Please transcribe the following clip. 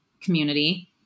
community